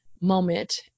moment